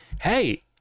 Hey